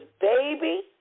baby